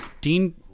Dean